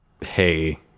hey